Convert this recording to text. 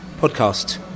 podcast